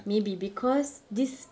maybe because this